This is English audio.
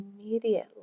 immediately